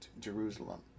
Jerusalem